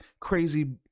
crazy